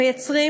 מייצרים,